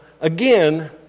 again